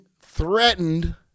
threatened